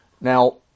Now